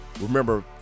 Remember